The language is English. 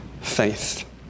faith